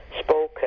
spoken